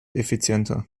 effizienter